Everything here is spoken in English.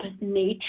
nature